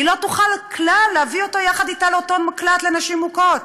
היא לא תוכל כלל להביא אותו יחד אתה לאותו מקלט לנשים מוכות.